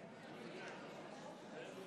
בעד,